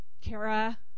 Kara